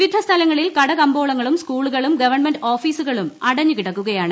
വിവിധ സ്ഥലങ്ങളിൽ കട കമ്പോളങ്ങളും സ്കൂളുകളും ഗവൺമെന്റ് ഓഫീസുകളും അടഞ്ഞ് കിടക്കുകയാണ്